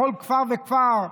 בכל כפר וכפר,